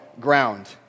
ground